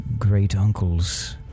great-uncles